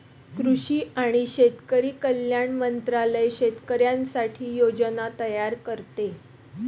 कृषी आणि शेतकरी कल्याण मंत्रालय शेतकऱ्यांसाठी योजना तयार करते